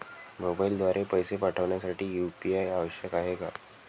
मोबाईलद्वारे पैसे पाठवण्यासाठी यू.पी.आय आवश्यक आहे का?